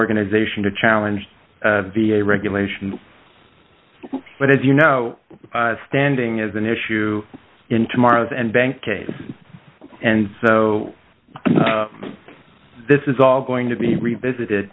organization to challenge the regulation but as you know standing is an issue in tomorrow's and bank case and so this is all going to be revisited